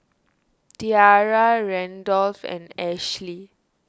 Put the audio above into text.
Tiarra Randolph and Ashely